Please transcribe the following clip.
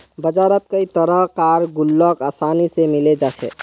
बजारत कई तरह कार गुल्लक आसानी से मिले जा छे